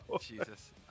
Jesus